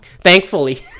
Thankfully